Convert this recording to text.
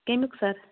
کمیُک سَر